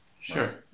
Sure